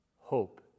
Hope